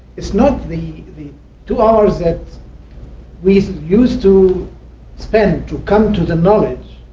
it's not the the two hours that we used to spend to come to the knowledge,